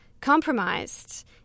compromised